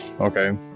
okay